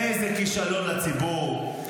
איזה כישלון לציבור,